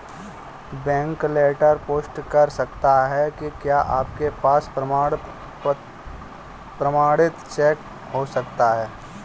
Bank teller पुष्टि कर सकता है कि क्या आपके पास प्रमाणित चेक हो सकता है?